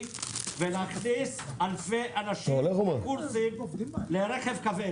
ולהכניס אלפי אנשים לקורסים לרכב כבד.